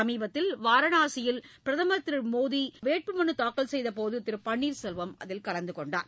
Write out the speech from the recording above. சமீபத்தில் வாரணாசியில் பிரதம் திரு மோடி மனுதாக்கல் செய்தபோது திரு பன்னீர்செல்வம் கலந்துகொண்டார்